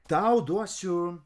tau duosiu